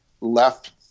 left